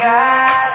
God